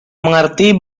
mengerti